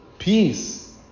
peace